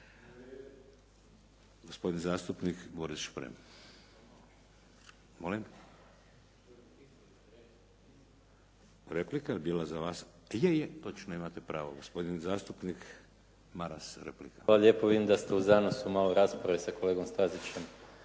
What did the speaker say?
Hvala lijepo. Vidim da ste u zanosu malo rasprave sa kolegom Stazićem